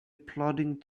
plodding